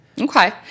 Okay